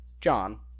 John